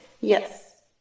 Yes